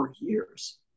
years